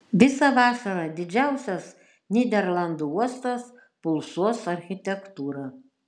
visą vasarą didžiausias nyderlandų uostas pulsuos architektūra